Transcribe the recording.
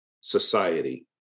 society